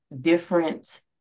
different